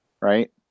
right